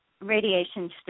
radiation